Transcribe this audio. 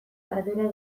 ardura